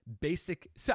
basic